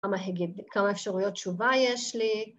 ‫כמה אפשרויות תשובה יש לי.